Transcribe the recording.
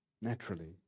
Naturally